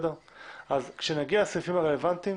כשנגיע לסעיפים הרלוונטיים,